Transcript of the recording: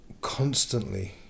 constantly